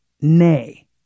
nay